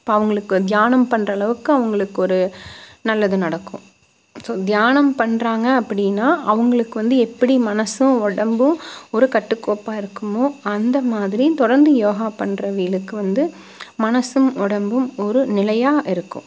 இப்போ அவங்களுக்கு தியானம் பண்ணுற அளவுக்கு அவங்களுக்கு ஒரு நல்லது நடக்கும் ஸோ தியானம் பண்ணுறாங்க அப்படின்னா அவங்களுக்கு வந்து எப்படி மனசும் உடம்பும் ஒரு கட்டுக்கோப்பாக இருக்குமோ அந்தமாதிரி தொடர்ந்து யோகா பண்ணுறவைகளுக்கு வந்து மனசும் உடம்பும் ஒரு நிலையாக இருக்கும்